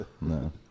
no